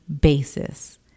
basis